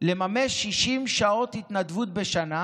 לממש 60 שעות התנדבות בשנה,